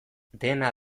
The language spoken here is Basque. dena